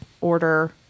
order